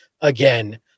again